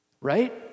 Right